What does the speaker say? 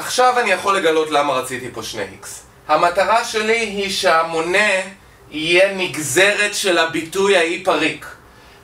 עכשיו אני יכול לגלות למה רציתי פה שני X המטרה שלי היא שהמונה יהיה נגזרת של הביטוי האי פריק